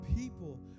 people